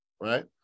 right